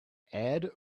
add